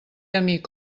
amic